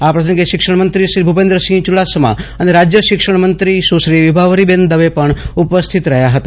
આ પ્રસંગે શિક્ષણ મંત્રી શ્રી ભુપેન્દ્રસિંહ ચુડાસમા અને રાજ્ય શિક્ષણ મંત્રી શ્રી વિભાવરીબેન દવે પણ ઉપસ્થિત રહયાં હતા